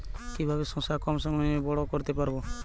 কিভাবে শশা কম সময়ে বড় করতে পারব?